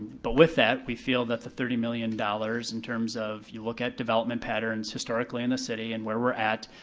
but with that, we feel that the thirty million dollars, in terms of you look at development patterns historically in the city and where we're at,